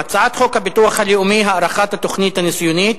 הצעת חוק הביטוח הלאומי (הארכת התוכנית הניסיונית),